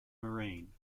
marine